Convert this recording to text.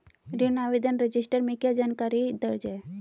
ऋण आवेदन रजिस्टर में क्या जानकारी दर्ज है?